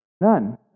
none